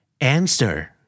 Answer